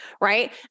Right